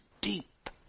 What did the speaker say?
deep